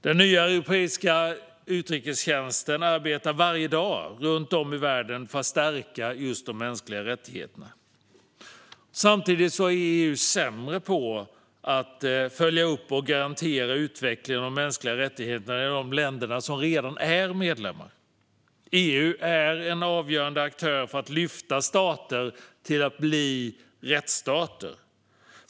Den nya europeiska utrikestjänsten arbetar varje dag runt om i världen för att stärka just de mänskliga rättigheterna. Samtidigt är EU sämre på att följa upp och garantera utvecklingen av de mänskliga rättigheterna i de länder som redan är medlemmar. EU är en avgörande aktör för att lyfta stater till att bli rättsstater.